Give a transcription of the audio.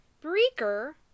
Breaker